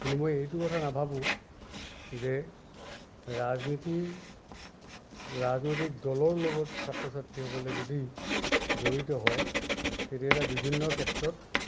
কিন্তু মই এইটো কথা নাভাবোঁ যে ৰাজনীতিৰ ৰাজনৈতিক দলৰ লগত ছাত্ৰ ছাত্ৰীসকলে যদি জড়িত হয় তেতিয়াহ'লে বিভিন্ন ক্ষেত্ৰত